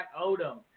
Odom